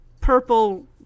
purple